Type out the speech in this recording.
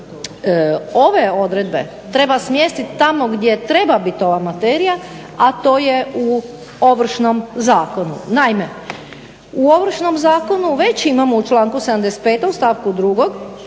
ove odredbe treba smjestiti tamo gdje treba biti ova materija a to je u Ovršnom zakonu. Naime, u Ovršnom zakonu već imamo u članku 75. stavku 2.